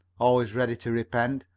always ready to repent,